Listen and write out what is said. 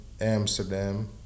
Amsterdam